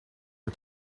met